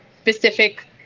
specific